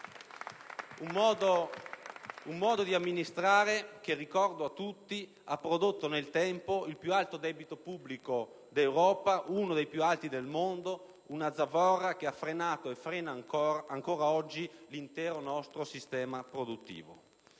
Un modo di amministrare che, ricordo a tutti, ha prodotto nel tempo il più alto debito pubblico d'Europa, uno dei più alti del mondo, una zavorra che ha frenato e frena ancora oggi l'intero nostro sistema produttivo.